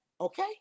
Okay